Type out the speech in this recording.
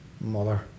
mother